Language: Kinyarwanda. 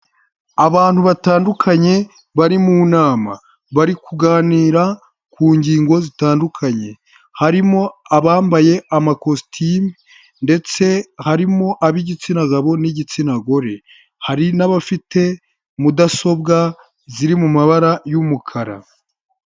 Abantu batandukanye bari mu nama, bari kuganira ku ngingo zitandukanye, harimo abambaye amakositimu ndetse harimo ab'igitsina gabo n'igitsina gore, hari n'abafite mudasobwa ziri mu mabara y'umukara.